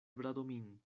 bradomín